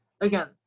Again